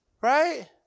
Right